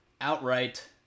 Outright